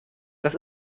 das